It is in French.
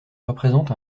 représente